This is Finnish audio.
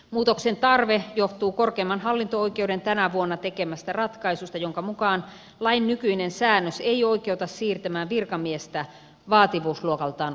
muutoksen tarve johtuu korkeimman hallinto oikeuden tänä vuonna tekemästä ratkaisusta jonka mukaan lain nykyinen säännös ei oikeuta siirtämään virkamiestä vaativuusluokaltaan alempaan tehtävään